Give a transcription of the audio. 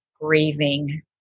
grieving